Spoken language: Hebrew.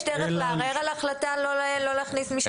יש דרך לערער על ההחלטה לא להכניס מי שנמצא בחו"ל?